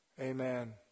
Amen